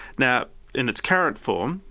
now in its current form,